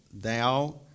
thou